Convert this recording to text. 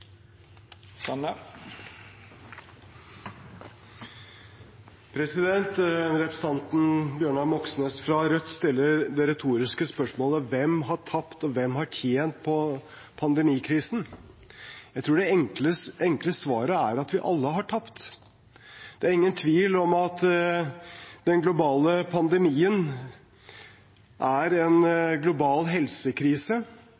profitt. Representanten Bjørnar Moxnes fra Rødt stiller det retoriske spørsmålet: Hvem har tapt, og hvem har tjent på pandemikrisen? Jeg tror det enkle svaret er at vi alle har tapt. Det er ingen tvil om at den globale pandemien er